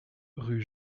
rue